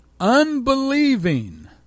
unbelieving